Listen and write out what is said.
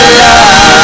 love